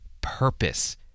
purpose